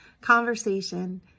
conversation